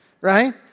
right